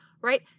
right